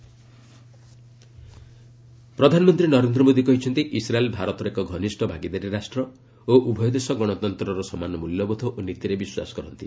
PM Israel ପ୍ରଧାନମନ୍ତ୍ରୀ ନରେନ୍ଦ୍ର ମୋଦୀ କହିଛନ୍ତି Israel ଭାରତର ଏକ ଘନିଷ୍ଠ ଭାଗିଦାରୀ ରାଷ୍ଟ୍ର ଓ ଉଭୟ ଦେଶ ଗଣତନ୍ତ୍ରର ସମାନ ମ୍ରଲ୍ୟବୋଧ ଓ ନୀତିରେ ବିଶ୍ୱାସ କରନ୍ତି